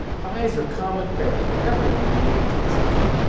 pies are common fare for everyone in the eighteenth century.